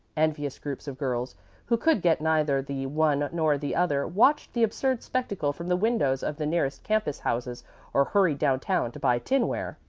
envious groups of girls who could get neither the one nor the other watched the absurd spectacle from the windows of the nearest campus houses or hurried down-town to buy tinware.